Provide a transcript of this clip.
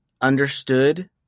understood